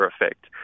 effect